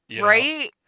Right